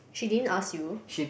she didn't ask you